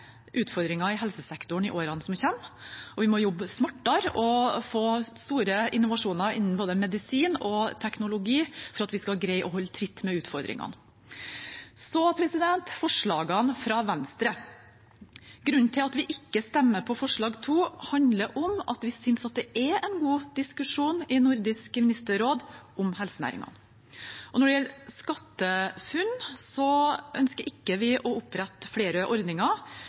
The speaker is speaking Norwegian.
utfordringer i helsesektoren i årene som kommer, og vi må jobbe smartere og få store innovasjoner innen både medisin og teknologi for at vi skal greie å holde tritt med utfordringene. Så til forslagene fra Venstre. Grunnen til at vi ikke stemmer for forslag nr. 2, handler om at vi syns det er en god diskusjon i Nordisk ministerråd om helsenæringene. Når det gjelder SkatteFUNN, ønsker vi ikke å opprette flere ordninger